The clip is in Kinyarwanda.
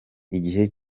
igihe